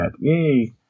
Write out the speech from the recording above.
Yay